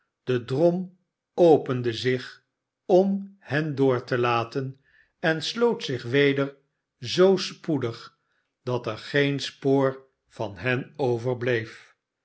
de drom opende zich om hen door te laten en sloot zich weder zoo spoedig dat er geen spoor van hen overbleef